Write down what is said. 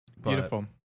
Beautiful